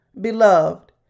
beloved